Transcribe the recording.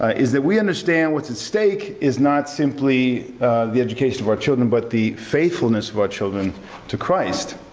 ah is that we understand what's at stake is not simply the education of our children, but the faithfulness of our children to christ.